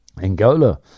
Angola